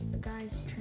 guys